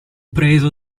preso